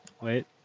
Wait